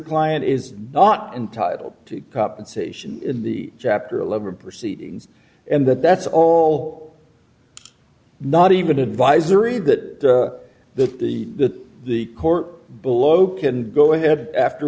client is not entitled to compensation in the chapter eleven proceedings and that that's all not even advisory that the that the court below can go ahead after